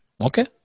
Okay